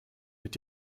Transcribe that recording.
mit